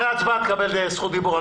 אחרי ההצבעה תקבל זכות דיבור,